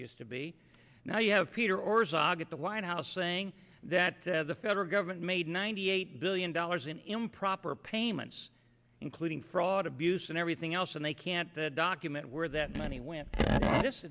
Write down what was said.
used to be now you have peter or zog at the white house saying that the federal government made ninety eight billion dollars in improper payments including fraud abuse and everything else and they can't the document where that money went t